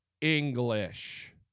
English